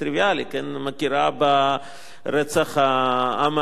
מכירה ברצח העם הארמני,